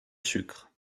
sucre